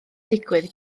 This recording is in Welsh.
digwydd